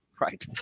Right